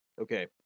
Okay